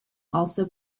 also